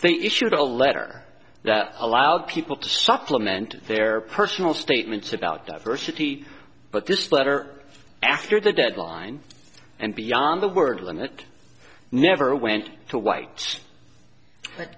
they issued a letter that allowed people to supplement their personal statements about diversity but this letter after the deadline and beyond the word limit never went to white